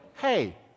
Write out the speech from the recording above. hey